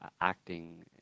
acting